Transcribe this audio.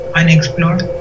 unexplored